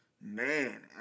Man